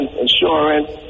insurance